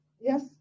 Yes